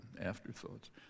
afterthoughts